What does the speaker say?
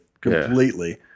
completely